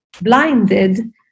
blinded